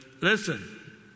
listen